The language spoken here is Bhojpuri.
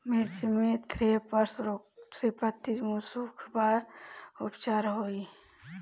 मिर्च मे थ्रिप्स रोग से पत्ती मूरत बा का उपचार होला?